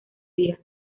días